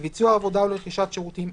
לביצוע עבודה או לרכישת שירותים,